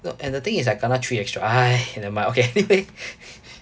no and the thing is I kena three extra !hais! never mind okay anyway